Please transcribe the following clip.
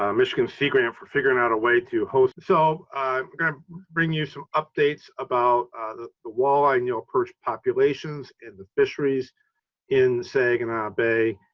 um michigan sea grant for figuring out a way to host. so i'm going to bring you some updates about the the walleye when and you approach populations in the fisheries in saginaw bay.